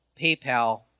PayPal